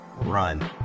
run